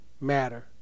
matter